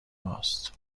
ماست